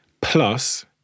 Plus